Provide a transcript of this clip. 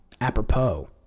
apropos